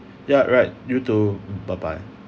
yeah right you too bye bye